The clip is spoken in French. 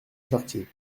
chartier